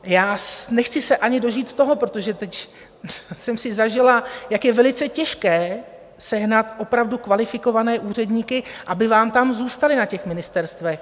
Já nechci se ani dožít toho protože teď jsem si zažila, jak je velice těžké sehnat opravdu kvalifikované úředníky aby vám tam zůstali na těch ministerstvech.